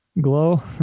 glow